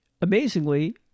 Amazingly